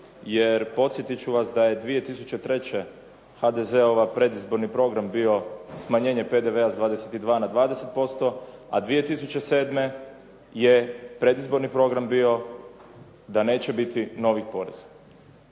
jer podsjetit ću vas da je 2003. HDZ-ov predizborni program bio smanjenje PDV-a s 22 na 20%, a 2007. je predizborni program bio da neće biti novih poreza.